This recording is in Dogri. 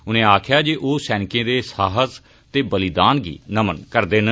उनें आक्खेआ जे ओह् सैनिकें दे साहस ते बलिदान गी नमन करदे न